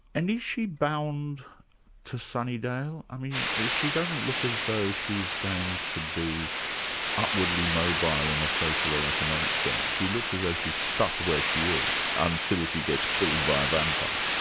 and is she bound to sunnydale? ah she doesn't look as though she's going to be upwardly mobile in a social or economic sense. she looks as though she's stuck where she is until she gets killed by a vampire.